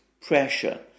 pressure